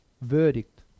verdict